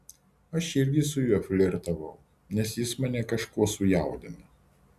aš irgi su juo flirtavau nes jis mane kažkuo sujaudino